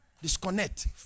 Disconnect